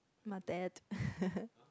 my dad